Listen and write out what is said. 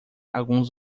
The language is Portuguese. alguns